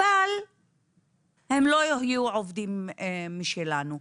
אבל הם לא יהיו עובדים משלנו.